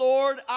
Lord